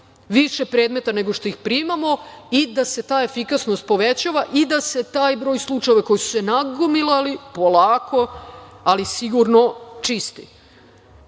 više predmeta nego što ih primamo i da se ta efikasnost povećava i da se taj broj slučajeva koji su se nagomilali polako ali sigurno čisti. Samo